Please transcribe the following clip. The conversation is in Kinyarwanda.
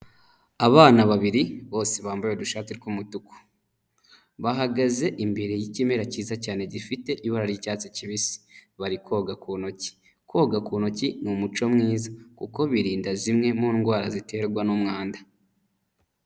Abana babiri bose bambaye udushati tw'umutuku, bahagaze imbere y'ikimera cyiza cyane gifite ibara ry'icyatsi kibisi, bari koga ku ntoki, koga ku ntoki ni umuco mwiza kuko birinda zimwe mu ndwara ziterwa n'umwanda.